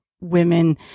women